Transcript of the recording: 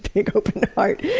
big, open heart.